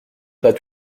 pas